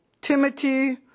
Timothy